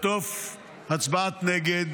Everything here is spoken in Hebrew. לחטוף הצבעת נגד,